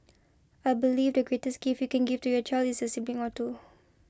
I believe the greatest gift can give to your child is a sibling or two